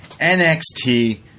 NXT